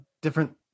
different